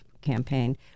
campaign